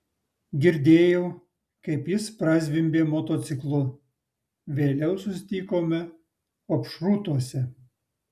girdėjau kaip jis prazvimbė motociklu vėliau susitikome opšrūtuose